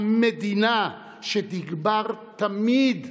המדינה, שתגבר תמיד,